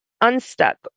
unstuck